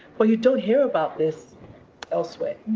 but you don't hear about this elsewhere.